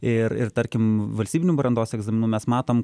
ir ir tarkim valstybinių brandos egzaminų mes matom